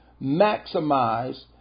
maximize